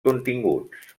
continguts